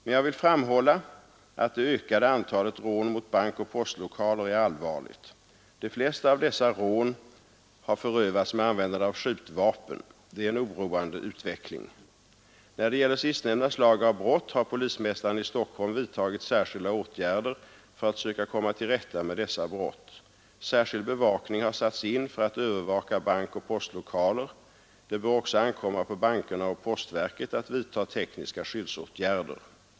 Men jag vill framhålla, att det ökade antalet rån mot bankoch postlokaler är allvarligt. De flesta av dessa rån har förövats med användning av skjutvapen. Det är en oroande utveckling. När det gäller sistnämnda slag av brott har polismästaren i Stockholm vidtagit särskilda åtgärder för att söka komma till rätta med dessa brott. Särskild bevakning har satts in för att övervaka bankoch postlokaler. Det bör också ankomma på bankerna och postverket att vidta tekniska skyddsåtgärder.